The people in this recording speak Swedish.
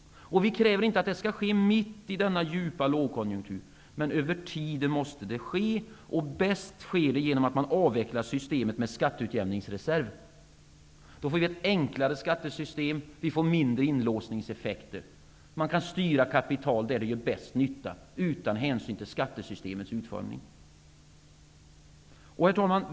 Vi kräver inte att det skall ske mitt i denna djupa lågkonjunktur, men med tiden måste det ske. Det sker bäst genom att man avvecklar systemet med skatteutjämningsreserv. Vi får då ett enklare skattesystem med mindre inlåsningseffekter. Man kan styra kapitalet dit där det gör bäst nytta utan hänsyn till skattesystemets utformning. Herr talman!